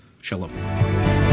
Shalom